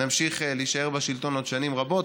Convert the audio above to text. נמשיך להישאר בשלטון עוד שנים רבות,